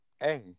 hey